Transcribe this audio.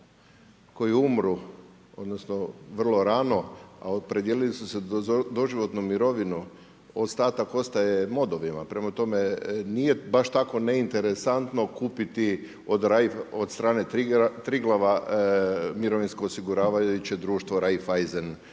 koji umru, odnosno vrlo rano a opredijelili su se da doživotnu mirovinu, ostatak ostaje modovima, prema tome nije baš tako neinteresantno kupiti od strane Triglava mirovinsko osiguravajuće društvo Raiffeisen.